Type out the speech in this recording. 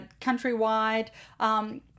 countrywide